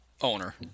owner